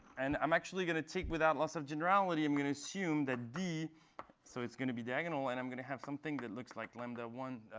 and i'm actually going to take, without loss of generality, i'm going to assume that d so it's going to be diagonal and i'm going to have something that looks like lambda one